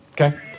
okay